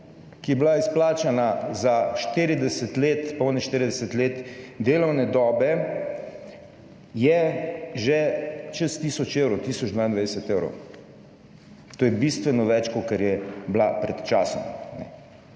ki je bila izplačana za 40 let, polnih 40 let delovne dobe, je že čez tisoč evrov, tisoč 22 evrov. To je bistveno več, kakor je bila pred časom.